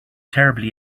terribly